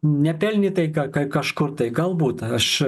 nepelnytai ka ka kažkur tai galbūt aš